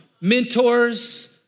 Mentors